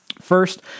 First